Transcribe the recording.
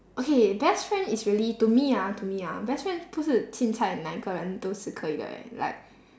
okay best friend is really to me ah to me ah best friend 不是 chin cai 两个人都是可以的 eh like